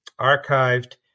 archived